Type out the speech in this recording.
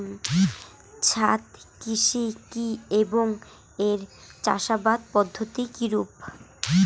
ছাদ কৃষি কী এবং এর চাষাবাদ পদ্ধতি কিরূপ?